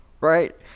Right